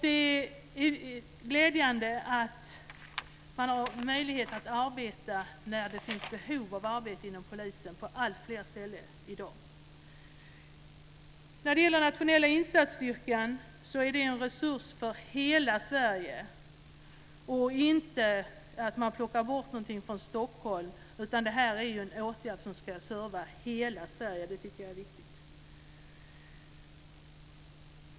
Det är glädjande att man i dag på alltfler ställen har möjlighet att arbeta när det finns behov av arbete inom polisen. Den nationella insatsstyrkan är en resurs för hela Sverige. Den handlar inte om att man plockar bort någonting från Stockholm. Detta är någonting som ska serva hela Sverige. Det tycker jag är viktigt.